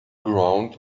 ground